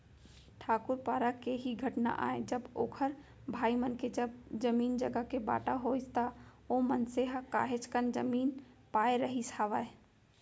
ठाकूर पारा के ही घटना आय जब ओखर भाई मन के जब जमीन जघा के बाँटा होइस त ओ मनसे ह काहेच कन जमीन पाय रहिस हावय